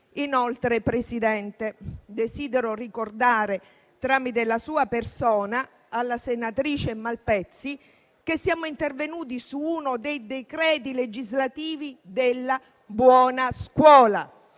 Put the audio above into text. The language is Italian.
Inoltre, Presidente, desidero ricordare, tramite la sua persona, alla senatrice Malpezzi che siamo intervenuti su uno dei decreti legislativi della cosiddetta